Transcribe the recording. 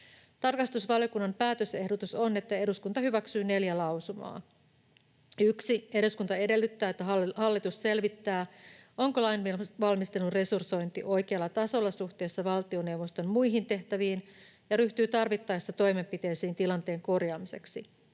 Tarkastusvaliokunnan päätösehdotus on, että eduskunta hyväksyy neljä lausumaa: 1) Eduskunta edellyttää, että hallitus selvittää, onko lainvalmistelun resursointi oikealla tasolla suhteessa valtioneuvoston muihin tehtäviin, ja ryhtyy tarvittaessa toimenpiteisiin tilanteen korjaamiseksi;